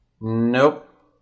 Nope